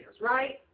right